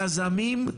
יזמים,